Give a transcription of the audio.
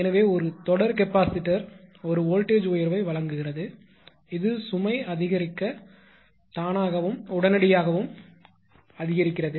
எனவே ஒரு தொடர் கெபாசிட்டர் ஒரு வோல்டஜ் உயர்வை வழங்குகிறது இது சுமை அதிகரிக்க தானாகவும் உடனடியாகவும் அதிகரிக்கிறது